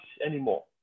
anymore